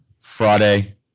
Friday